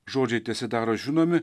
žodžiai tesidaro žinomi